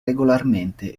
regolarmente